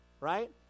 right